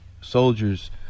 soldiers